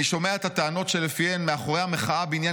"אני שומע את הטענות שלפיהן מאחורי המחאה בעניין